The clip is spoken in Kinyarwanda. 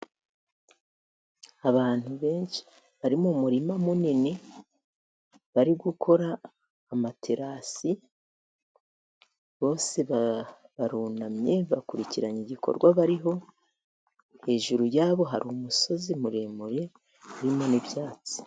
Abantu benshi bari mu murima munini bari gukora amaterasi, bose barunamye bakurikiranye igikorwa bariho. Hejuru yabo hari umusozi muremure urimo n'ibyatsi.